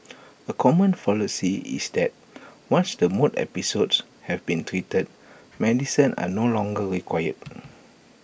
A common fallacy is that once the mood episodes have been treated medicines are no longer required